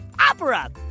Opera